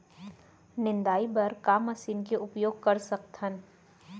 निंदाई बर का मशीन के उपयोग कर सकथन?